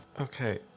okay